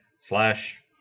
slash